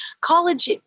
college